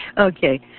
Okay